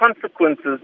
consequences